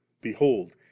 BEHOLD